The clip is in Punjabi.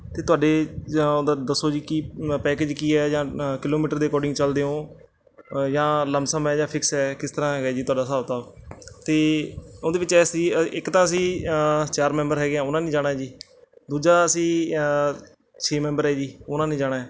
ਅਤੇ ਤੁਹਾਡੇ ਜਾਂ ਉਹਦਾ ਦੱਸੋ ਜੀ ਕਿ ਪੈਕੇਜ ਕੀ ਹੈ ਜਾਂ ਕਿਲੋਮੀਟਰ ਦੇ ਅਕੋਰਡਿੰਗ ਚੱਲਦੇ ਹੋ ਜਾਂ ਲੰਮ ਸਮ ਹੈ ਜਾਂ ਫਿਕਸ ਹੈ ਕਿਸ ਤਰ੍ਹਾਂ ਹੈਗਾ ਜੀ ਤੁਹਾਡਾ ਹਿਸਾਬ ਕਿਤਾਬ ਅਤੇ ਉਹਦੇ ਵਿੱਚ ਇਹ ਸੀ ਇੱਕ ਤਾਂ ਅਸੀਂ ਚਾਰ ਮੈਂਬਰ ਹੈਗੇ ਹਾਂ ਉਹਨਾਂ ਨੇ ਜਾਣਾ ਹੈ ਜੀ ਦੂਜਾ ਅਸੀਂ ਛੇ ਮੈਂਬਰ ਹੈ ਜੀ ਉਹਨਾਂ ਨੇ ਜਾਣਾ ਹੈ